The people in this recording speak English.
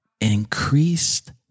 increased